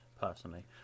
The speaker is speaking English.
personally